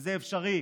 וזה אפשרי,